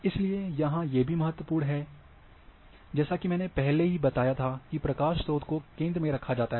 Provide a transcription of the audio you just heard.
इसलिए यहां ये सभी चीजें महत्वपूर्ण हैं जैसा कि मैंने पहले बताया था कि प्रकाश स्रोत को केंद्र में रखा जाता है